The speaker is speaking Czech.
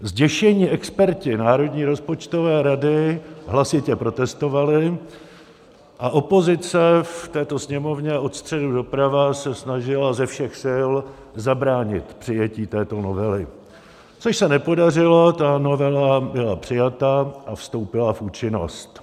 Zděšení experti Národní rozpočtové rady hlasitě protestovali a opozice v této Sněmovně od středu doprava se snažila ze všech sil zabránit přijetí této novely, což se nepodařilo, ta novela byla přijata a vstoupila v účinnost.